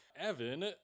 Evan